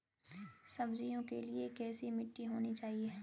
सब्जियों के लिए कैसी मिट्टी होनी चाहिए?